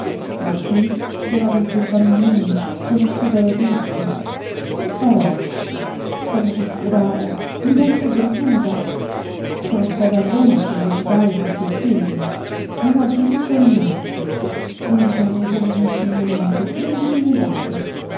ma qui sola con tre bambini sconosciuta da tutti che ffarò sono disperata mi sento perduta sono stata a roma a sollecitare qualche assegno non ho diritto a niente undici anni soli d'insegnamento undici mesate